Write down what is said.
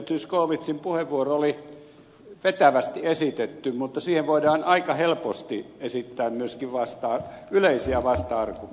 zyskowiczin puheenvuoro oli vetävästi esitetty mutta siihen voidaan aika helposti esittää myöskin yleisiä vasta argumentteja